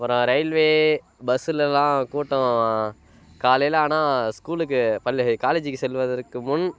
அப்புறம் ரயில்வே பஸ்ஸில் எல்லாம் கூட்டம் காலையில் ஆனால் ஸ்கூலுக்கு பள்ளி காலேஜூக்கு செல்வதற்கு முன்